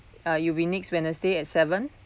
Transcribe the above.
ya it'll be next wednesday at seven